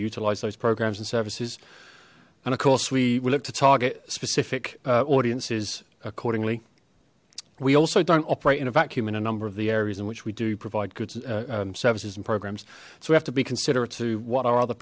utilize those programs and services and of course we will look to target specific audiences accordingly we also don't operate in a vacuum in a number of the areas in which we do provide good services and programs so we have to be considerate to what are other